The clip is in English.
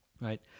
right